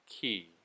key